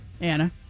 Anna